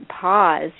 pause